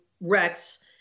Rex